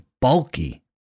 bulky